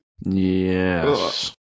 Yes